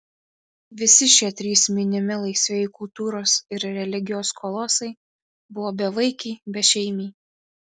visi šie trys minimi laisvieji kultūros ir religijos kolosai buvo bevaikiai bešeimiai